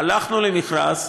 הלכנו למכרז,